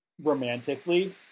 romantically